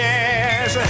Yes